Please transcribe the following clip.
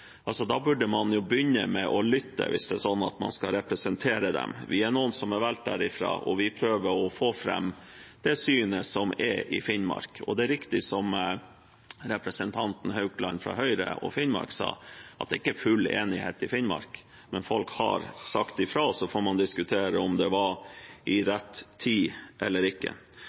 Da burde man jo begynne med å lytte, hvis det er sånn at man skal representere dem. Vi er noen som er valgt derifra, og vi prøver å få fram det synet som er i Finnmark. Det er riktig som representanten Haukland fra Høyre og Finnmark sa, at det ikke er full enighet i Finnmark, men folk har sagt ifra, og så får man diskutere om det var i rett tid eller ikke.